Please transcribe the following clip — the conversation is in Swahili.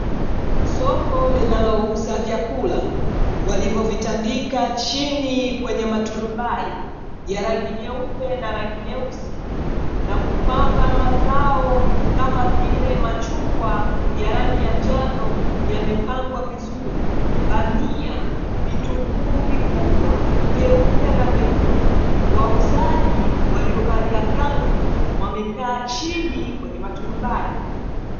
Soko linalouza vyakula, walivyovitandika chini kwenye maturubai ya rangi nyeupe na rangi nyeusi, na kupanga mazao kama vile: machungwa ya rangi ya njano yamepangwa vizuri, bamia, vitunguu vikubwa vyeupe na vyekundu; wauzaji waliovalia kanzu wamekaa chini kwenye maturubai.